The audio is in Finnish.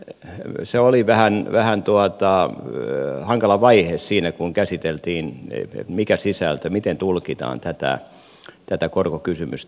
ehkä se oli vähän hankala vaihe siinä kun käsiteltiin sitä mikä on sisältö miten tulkitaan tätä korkokysymystä